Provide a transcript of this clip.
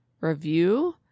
review